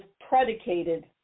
predicated